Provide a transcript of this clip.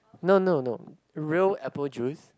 no no no real apple juice